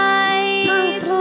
eyes